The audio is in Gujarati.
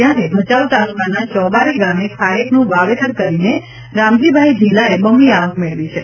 ત્યારે ભચાઉ તાલુકાના ચોબારી ગામે ખારેકનું વાવેતર કરીને રામજીભાઇ ઢીલાએ બમણી આવક મેળવી છે